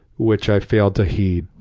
which i failed to heed.